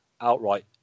outright